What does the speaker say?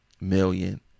million